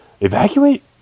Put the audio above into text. evacuate